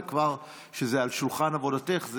זה מרגיע כשזה על שולחן עבודתך,